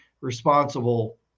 responsible